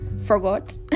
forgot